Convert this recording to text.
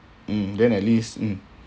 mm then at least mm